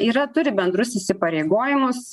yra turi bendrus įsipareigojimus